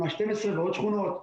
שכונה 12 ועוד שכונות.